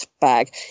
bag